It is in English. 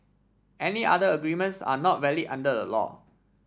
any other agreements are not valid under the law